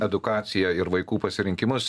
edukaciją ir vaikų pasirinkimus